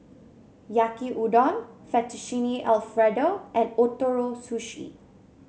Yaki Udon Fettuccine Alfredo and Ootoro Sushi